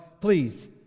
please